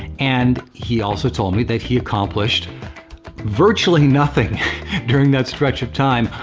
and he also told me that he accomplished virtually nothing during that stretch of time,